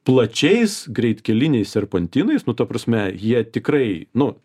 plačiais greitkeliniais serpantinais nu ta prasme jie tikrai nu